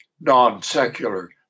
non-secular